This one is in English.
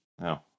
No